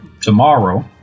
tomorrow